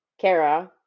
Kara